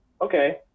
okay